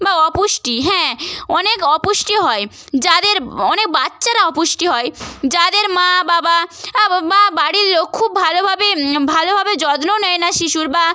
বা অপুষ্টি হ্যাঁ অনেক অপুষ্টি হয় যাদের অনেক বাচ্চারা অপুষ্টি হয় যাদের মা বাবা বা বাড়ির লোক খুব ভালোভাবে ভালোভাবে যত্ন নেয় না শিশুর বা